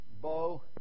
Bo